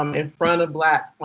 um in front of black